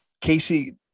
Casey